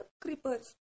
creepers